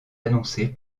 annoncée